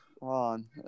on